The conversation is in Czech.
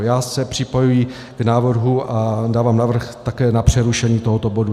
Já se připojuji k návrhu a dávám návrh také na přerušení tohoto bodu.